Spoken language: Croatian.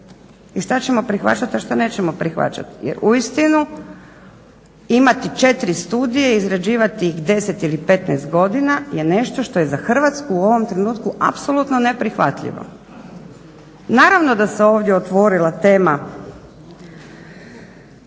i šta ćemo prihvaćati, a šta nećemo prihvaćati. Jer uistinu imati 4 studije, izrađivati ih 10 ili 15 godina je nešto što je za Hrvatsku u ovom trenutku apsolutno neprihvatljivo. Naravno da se ovdje otvorila tema